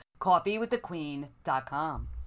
coffeewiththequeen.com